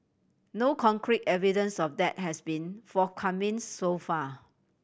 no concrete evidence of that has been forthcoming so far